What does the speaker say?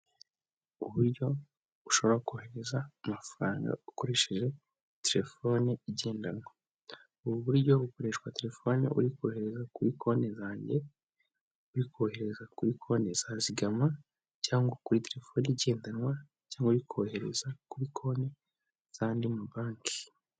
Uburyo ushobora kohereza amafaranga ukoresheje telefone igendanwa, ubu buryo bukoreshwa telefone uri kohereza kuri konti zanjye, uri kohereza kuri konti za zigama cyangwa kuri telefone igendanwa cyangwa uri kohereza kuri konti z'andi ma banki.